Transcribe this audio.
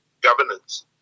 governance